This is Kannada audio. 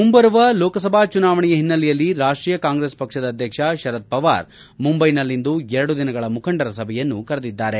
ಮುಂಬರುವ ಲೋಕಸಭಾ ಚುನಾವಣೆಯ ಹಿನ್ನೆಲೆಯಲ್ಲಿ ರಾಷ್ಟೀಯ ಕಾಂಗ್ರೆಸ್ ಪಕ್ಷದ ಅಧ್ಯಕ್ಷ ಶರದ್ ಪವಾರ್ ಮುಂಬೈನಲ್ಲಿಂದು ಎರಡು ದಿನಗಳ ಮುಖಂಡರ ಸಭೆಯನ್ನು ಕರೆದಿದ್ದಾರೆ